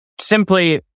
simply